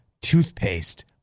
toothpaste